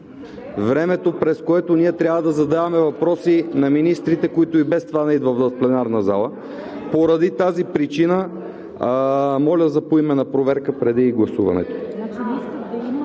времето, през което ние трябва да задаваме въпроси на министрите, които и без това не идват в пленарната зала, и поради тази причина моля за поименна проверка преди гласуването.